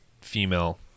female